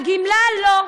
הגמלה לא.